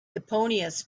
eponymous